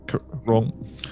Wrong